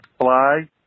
fly